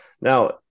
Now